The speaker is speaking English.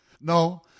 No